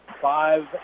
Five